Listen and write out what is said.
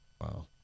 Wow